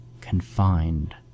confined